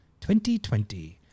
2020